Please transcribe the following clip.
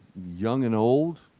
young and old,